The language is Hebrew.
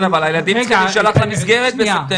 אבל הילדים צריכים להישלח למסגרת בספטמבר,